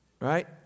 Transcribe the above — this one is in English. Right